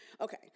Okay